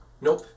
Nope